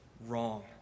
wrong